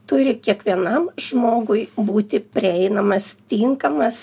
turi kiekvienam žmogui būti prieinamas tinkamas